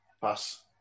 Pass